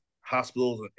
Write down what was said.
hospitals